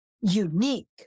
unique